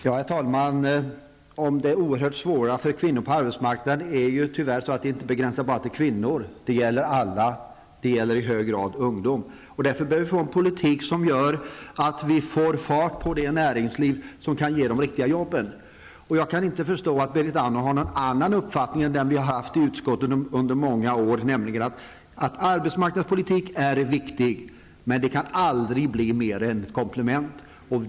Herr talman! Den oerhört svåra situationen på arbetsmarknaden är ju inte begränsad bara till kvinnorna, den gäller alla, och den gäller i hög grad ungdomarna. Därför behöver vi en politik som gör att vi får fart på det näringsliv som kan ge de riktiga jobben. Jag kan inte förstå att Berit Andnor har någon annan uppfattning än den som vi i utskottet har haft under många år, nämligen att arbetsmarknadspolitiken är viktig, men den kan aldrig bli mer än ett komplement.